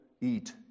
eat